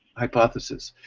hypothesis.